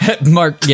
Mark